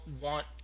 want